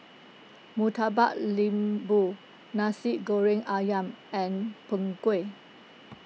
Murtabak Lembu Nasi Goreng Ayam and Png Kueh